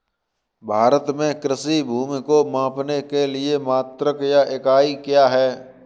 भारत में कृषि भूमि को मापने के लिए मात्रक या इकाई क्या है?